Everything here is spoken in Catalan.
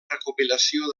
recopilació